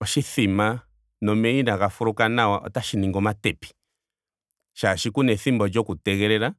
Oshithima nomeya inaaga fuluka nawa otashi ningi omatepi. Shaashi kuna ethimbo lyoku tegelela